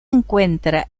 encuentra